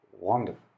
wonderful